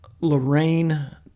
Lorraine